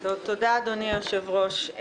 תודה, אדוני היושב-ראש.